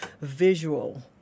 visual